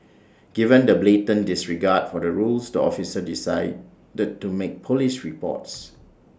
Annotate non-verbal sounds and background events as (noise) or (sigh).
given the blatant disregard for the rules the officer decided (hesitation) to make Police reports